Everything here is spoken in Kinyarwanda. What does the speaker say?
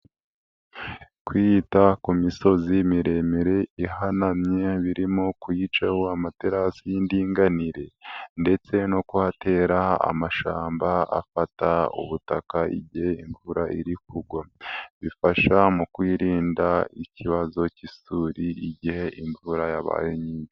Kwita ku misozi miremire ihanamye birimo kuyicaho amaterasi y'indinganire ndetse no kuhatera amashyamba afata ubutaka igihe imvura iri kugwa, bifasha mu kwirinda ikibazo cy'isuri igihehe imvura yabaye nyinshi.